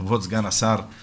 כבוד סגן השר,